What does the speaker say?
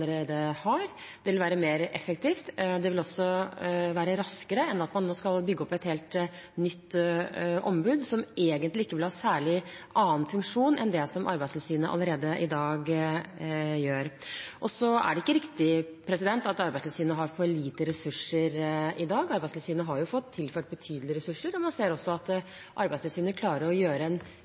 har. Det ville være mer effektivt, og det ville også være raskere enn at man nå skal bygge opp et helt nytt ombud, som egentlig ikke vil ha noen særlig annen funksjon enn det som Arbeidstilsynet allerede gjør i dag. Så er det ikke riktig at Arbeidstilsynet har for lite ressurser i dag. Arbeidstilsynet har fått tilført betydelige ressurser, og man ser også at Arbeidstilsynet klarer å gjøre en